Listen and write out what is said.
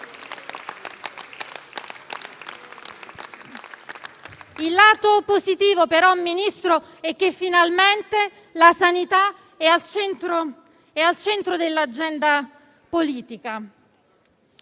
Il lato positivo, Ministro, è che finalmente la sanità è al centro dell'agenda politica.